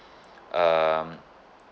um